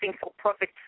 for-profit